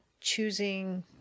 choosing